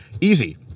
Easy